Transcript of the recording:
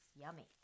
Yummy